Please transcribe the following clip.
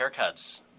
haircuts